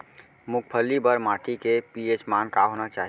मूंगफली बर माटी के पी.एच मान का होना चाही?